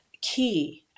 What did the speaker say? key